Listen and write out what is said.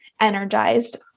energized